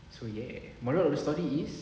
so yeah moral of the story is